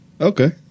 Okay